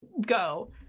go